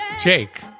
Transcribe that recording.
Jake